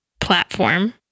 platform